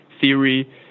theory